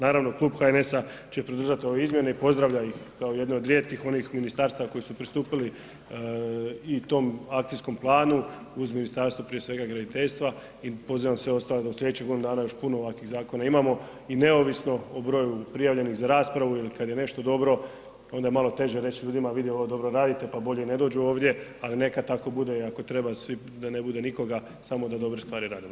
Naravno Klub HNS-a će podržati ove izmjene i pozdravlja ih kao jedne od rijetkih onih ministarstava koji su pristupili i tom akcijskom planu, uz ministarstvo prije svega graditeljstva i pozivam sve ostale da u slijedećih godinu dana još puno ovakvih zakona imamo i neovisno o broju prijavljenih za raspravu ili kad je nešto dobro onda je malo teže reći ljudima vidi ovo dobro radite pa bolje ne dođu ovdje, ali neka tako bude i ako treba svi da ne bude nikoga, samo da dobre stvari radimo.